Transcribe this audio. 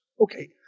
Okay